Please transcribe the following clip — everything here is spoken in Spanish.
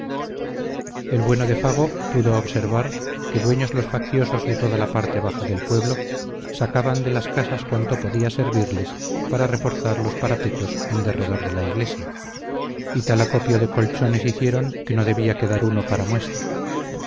el bueno de fago pudo observar que dueños los facciosos de toda la parte baja del pueblo sacaban de las casas cuanto podía servirles para reforzar los parapetos en derredor de la iglesia y tal acopio de colchones hicieron que no debía quedar uno para muestra